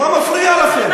אז מה מפריע לכם?